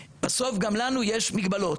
בסוף גם לנו יש מגבלות,